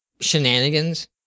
shenanigans